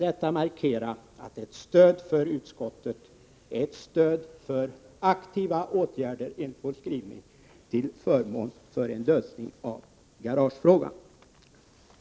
Jag vill markera att ett stöd för utskottet innebär ett stöd för aktiva åtgärder enligt vår skrivning till förmån för en lösning i garagefrågan.